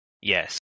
Yes